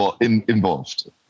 involved